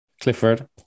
Clifford